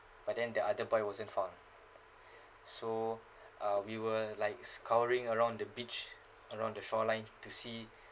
but then the other boy wasn't found so uh we were like scouring around the beach around the shoreline to see